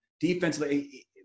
defensively